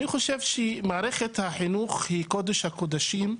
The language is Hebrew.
מערכת החינוך היא קודש הקודשים,